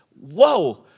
whoa